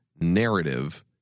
narrative